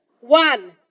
One